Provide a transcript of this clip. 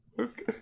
Okay